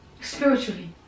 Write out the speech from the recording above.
spiritually